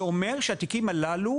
זה אומר שהתיקים הללו,